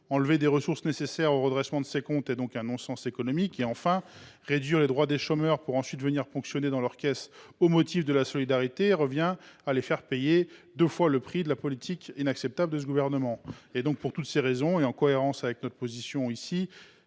enlever des ressources nécessaires au redressement de ses comptes est donc un non sens économique. Enfin, réduire les droits des chômeurs pour ensuite venir ponctionner dans leur caisse au motif de la solidarité revient à leur faire payer deux fois le prix de la politique inacceptable de ce gouvernement. Pour toutes ces raisons, en cohérence avec la position que